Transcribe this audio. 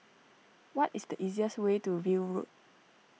what is the easiest way to View Road